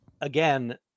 again